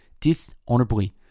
dishonorably